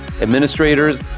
administrators